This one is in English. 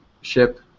ship